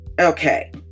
Okay